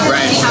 Right